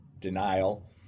denial